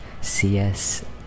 cs